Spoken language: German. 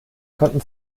konnten